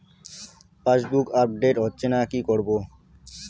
Passbook update হচ্ছেনা কি করবো?